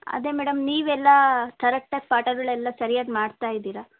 ಅದೇ ಮೇಡಮ್ ನೀವೆಲ್ಲ ಕರೆಕ್ಟಾಗಿ ಪಾಠಗಳೆಲ್ಲ ಸರಿಯಾಗಿ ಮಾಡ್ತಾ ಇದ್ದೀರಾ